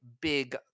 big